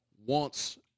wants